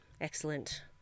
Excellent